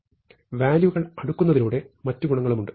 വാല്യൂകൾ അടുക്കുന്നതിലൂടെ മറ്റ് ഗുണങ്ങളുണ്ട്